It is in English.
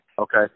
okay